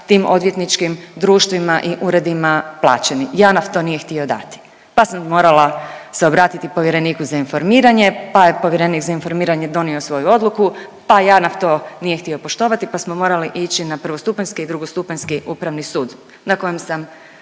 tim odvjetničkim društvima i uredima plaćeni. JANAF to nije htio dati pa sam morala se obratiti povjereniku za informiranje pa je povjerenik za informiranje donio svoju odluku pa JANAF to nije htio poštovati pa smo morali ići na prvostupanjski i drugostupanjski Upravni sud, na kojem sam